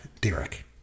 Derek